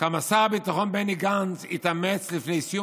כמה שר הביטחון בני גנץ התאמץ לפני סיום